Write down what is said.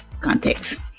context